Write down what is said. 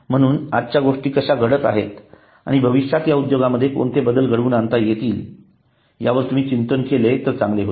म्हणून आजच्या गोष्टी कशा घडत आहेत आणि भविष्यात या उद्योगांमध्ये कोणते बदल घडवून आणता येतील यावर तुम्ही चिंतन केले तर चांगले होईल